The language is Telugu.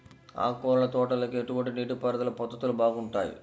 ఆకుకూరల తోటలకి ఎటువంటి నీటిపారుదల పద్ధతులు బాగుంటాయ్?